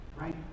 right